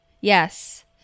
yes